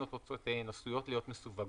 או תוצאותיהן עשויות להיות מסווגות,